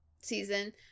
season